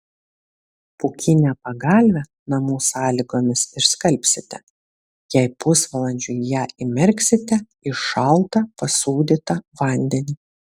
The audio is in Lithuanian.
pūkinę pagalvę namų sąlygomis išskalbsite jei pusvalandžiui ją įmerksite į šaltą pasūdytą vandenį